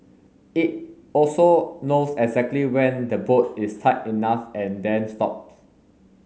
it also knows exactly when the bolt is tight enough and then stops